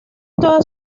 todas